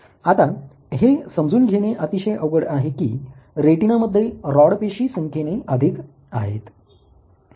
आता हे समजून घेणे अतिशय अवघड आहे की रेटीना मध्ये रॉड पेशी संख्येने अधिक आहेत